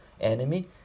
enemy